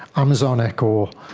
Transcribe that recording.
amazon echo,